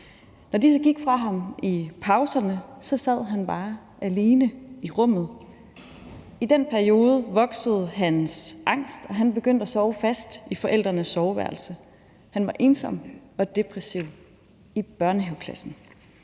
Når de så gik fra ham i pauserne, sad han bare alene i rummet. I den periode voksede hans angst, og han begyndte at sove fast i forældrenes soveværelse. Han var ensom og depressiv i børnehaveklassen.